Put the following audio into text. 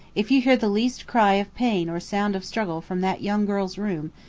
if you hear the least cry of pain or sound of struggle from that young girl's room,